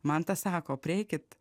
mantas sako prieikit